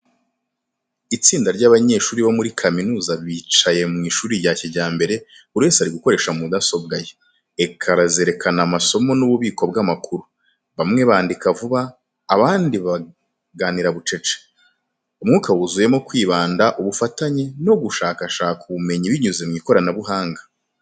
Itsinda ry’abanyeshuri bo muri kaminuza bicaye mu ishuri rya kijyambere, buri wese ari gukoresha mudasobwa ye. Ekara zerekana amasomo n’ububiko bw’amakuru. Bamwe bandika vuba, abandi baganira bucece. Umwuka wuzuyemo kwibanda, ubufatanye, no gushakashaka ubumenyi binyuze mu ikoranabuhanga.